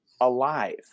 alive